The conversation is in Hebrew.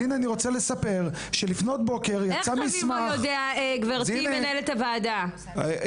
אז הנה אני מספר שלפנות בוקר יצא מסמך --- גברתי מנהלת הוועדה,